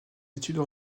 études